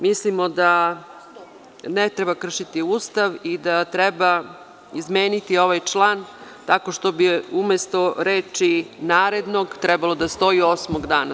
Mislim da ne treba kršiti Ustav i da treba izmeniti ovaj član tako što bi umesto reči – narednog, trebalo da stoji – osmog dana.